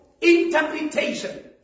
interpretation